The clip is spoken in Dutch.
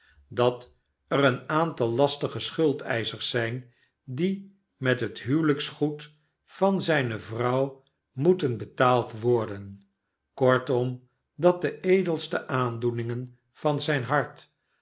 dat er een aantal lastige schuldeischers zijn die met het huwelijksgoed van zijne vrouw moeten betaald worden kortom dat de edelste aandoeningen van zijn hart